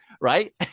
right